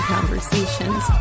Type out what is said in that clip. Conversations